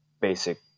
basic